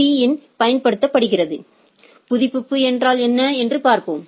பீ இல் பயன்படுத்தப்படுகிறது புதுப்பிப்பு என்றால் என்ன என்று பார்ப்போம்